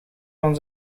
van